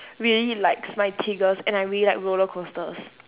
really likes my tiggers and I really like roller coasters